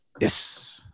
yes